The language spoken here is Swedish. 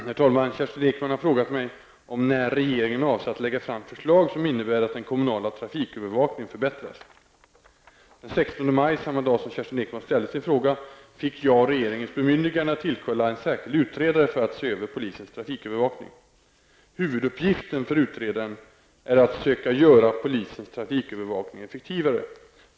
Herr talman! Kerstin Ekman har frågat mig om när regeringen avser att lägga fram förslag som innebär att den kommunala trafikövervakningen förbättras. Den 16 maj, samma dag som Kerstin Ekman ställde sin fråga, fick jag regeringens bemyndigande att tillkalla en särskild utredare för att se över polisens trafikövervakning. Huvuduppgiften för utredaren är att söka göra polisens trafikövervakning effektivare.